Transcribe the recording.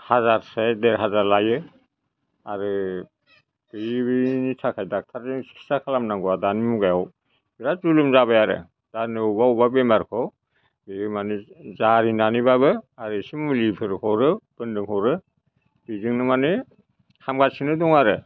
हाजार से देरहाजार लायो आरो बे बिनि थाखाय डाक्टारजों सिखिसा खालामनांगौआ दानि मुगायाव बिराद जुलुम जाबाय आरो दा अबेबा अबेबा बेमारखौ बियो माने जारिनानैबाबो आरो एसे मुलिफोर हरो फोन्नो हरो बिजोंनो माने हामगासिनो दङ आरो